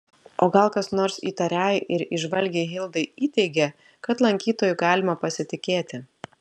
o gal kas nors įtariai ir įžvalgiai hildai įteigė kad lankytoju galima pasitikėti